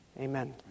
Amen